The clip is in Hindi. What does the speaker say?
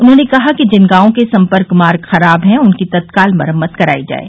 उन्होंने कहा कि जिन गांवों के सम्पर्क मार्ग खराब है उनकी तत्काल मरम्मत कराई जाये